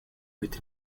mit